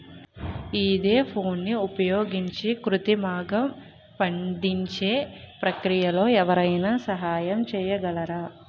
ఈథెఫోన్ని ఉపయోగించి కృత్రిమంగా పండించే ప్రక్రియలో ఎవరైనా సహాయం చేయగలరా?